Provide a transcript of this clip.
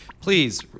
please